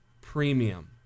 premium